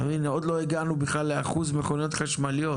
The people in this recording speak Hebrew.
הנה, עוד לא הגענו בכלל לאחוז מכוניות חשמליות,